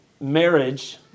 Marriage